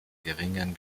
geringen